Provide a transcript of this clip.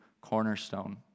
cornerstone